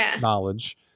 knowledge